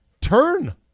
turn